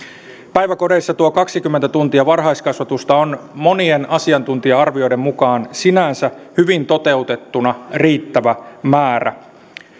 päiväkodeissa tuo kaksikymmentä tuntia varhaiskasvatusta on monien asiantuntija arvioiden mukaan sinänsä hyvin toteutettuna riittävä määrä